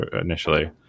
initially